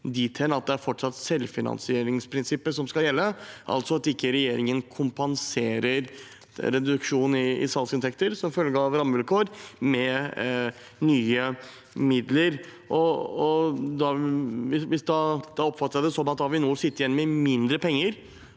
dit hen at det fortsatt er selvfinansieringsprinsippet som skal gjelde, altså at regjeringen ikke kompenserer reduksjon i salgsinntekter som følge av rammevilkår med nye midler. Da oppfatter jeg det sånn at Avinor vil sitte igjen med mindre penger